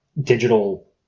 digital